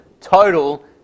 total